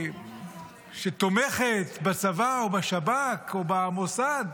שתומכת בצבא או בשב"כ או במוסד,